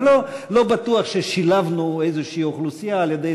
אז לא בטוח ששילבנו איזושהי אוכלוסייה על-ידי